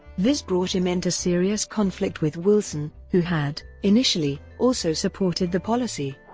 this brought him into serious conflict with wilson, who had, initially, also supported the policy.